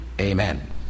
Amen